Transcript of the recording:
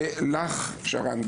ולך שרן,